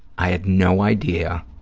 i had no idea,